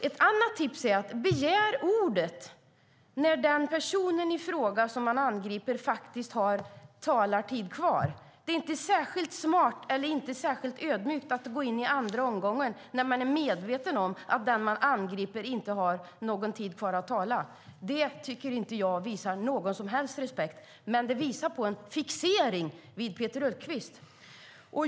Ett annat tips är att begära ordet när den person i fråga som man angriper har talartid kvar. Det är inte särskilt smart eller ödmjukt att gå in i andra talaromgången när man är medveten om att den man angriper inte har någon talartid kvar. Det tycker inte jag visar någon som helst respekt, men det visar på en fixering vid Peter Hultqvist.